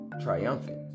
triumphant